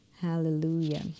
Hallelujah